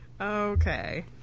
Okay